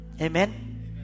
Amen